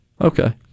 Okay